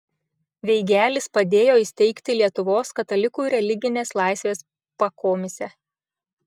veigelis padėjo įsteigti lietuvos katalikų religinės laisvės pakomisę